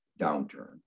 downturn